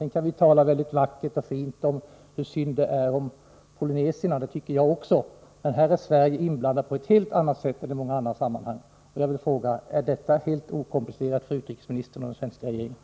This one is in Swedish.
Sedan kan vi tala vackert om och tycka synd om polynesierna —det tycker jag också. Men här är Sverige inblandat på ett helt annat sätt än i många andra sammanhang. Är detta helt okomplicerat för utrikesministern och den svenska regeringen?